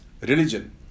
religion